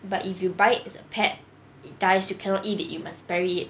but if you buy as pet it dies you cannot eat it you must bury it